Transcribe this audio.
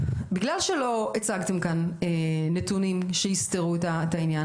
בגלל שלא הצגתם כאן נתונים שיסתרו את העניין,